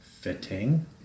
Fitting